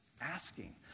asking